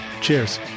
cheers